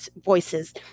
voices